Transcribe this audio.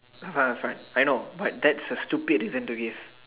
ah fine I know but that's a stupid reason to give